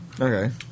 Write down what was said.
Okay